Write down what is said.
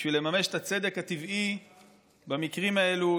כדי לממש את הצדק הטבעי במקרים האלה.